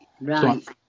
right